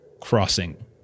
crossing